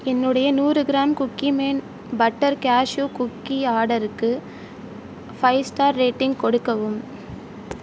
என்னுடைய நூறு gram Cookie Man butter cashew cookie ஆர்டருக்கு ஃபைவ் ஸ்டார் ரேட்டிங் கொடுக்கவும்